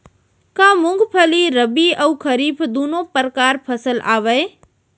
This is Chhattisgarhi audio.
का मूंगफली रबि अऊ खरीफ दूनो परकार फसल आवय?